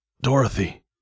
Dorothy